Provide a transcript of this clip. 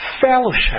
fellowship